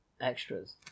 extras